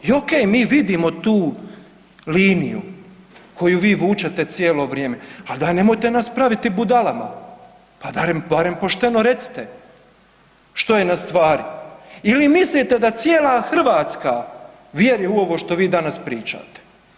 I ok, mi vidimo tu liniju koju vi vučete cijelo vrijeme, ali nemojte nas praviti budalama, pa barem pošteno recite što je na stvari ili mislite da cijela Hrvatska vjeruje u ovo što vi danas pričate.